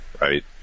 Right